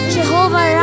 Jehovah